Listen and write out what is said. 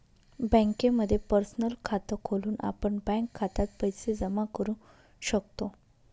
बँकेमध्ये पर्सनल खात खोलून आपण बँक खात्यात पैसे जमा करू शकतो